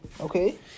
Okay